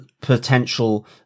potential